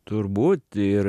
turbūt ir